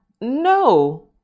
No